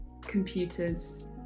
computers